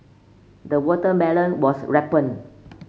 the watermelon was ripened